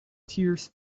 tears